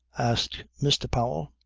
asked mr. powell.